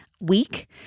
week